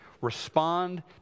respond